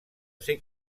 ser